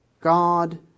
God